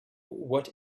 what